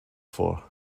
for